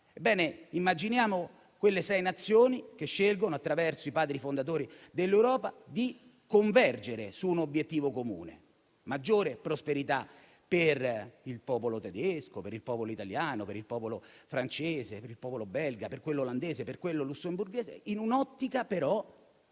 Ebbene, immaginiamo quelle sei Nazioni che scelgono, attraverso i Padri fondatori dell'Europa, di convergere su un obiettivo comune. Maggiore prosperità per il popolo tedesco, per il popolo italiano, per il popolo francese, per il popolo belga, per quello olandese, per quello lussemburghese, in un'ottica, però,